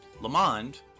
Lamond